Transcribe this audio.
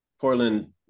Portland